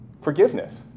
forgiveness